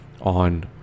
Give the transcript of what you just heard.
on